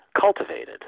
cultivated